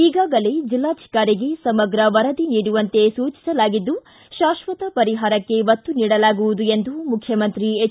ಈಗಾಗಲೇ ಜಿಲ್ಲಾಧಿಕಾರಿಗೆ ಸಮಗ್ರ ವರದಿ ನೀಡವಂತೆ ಸೂಚಿಸಲಾಗಿದ್ದು ತಾಶ್ವತ ಪರಿಹಾರಕ್ಕೆ ಒತ್ತು ನೀಡಲಾಗುವುದು ಎಂದು ಮುಖ್ಯಮಂತ್ರಿ ಎಚ್